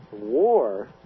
war